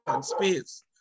space